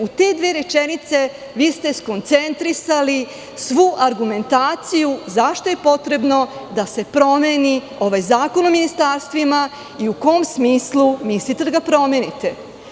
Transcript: U te dve rečenice vi ste skoncentrisali svu argumentaciju zašto je potrebno da se promeni ovaj zakon o ministarstvima i u kom smislu mislite da ga promenite.